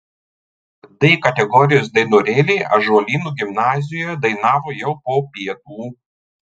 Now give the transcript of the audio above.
d kategorijos dainorėliai ąžuolyno gimnazijoje dainavo jau po pietų